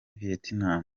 vietnam